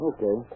Okay